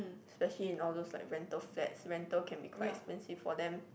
especially in all those like rental flats rental can be quite expensive for them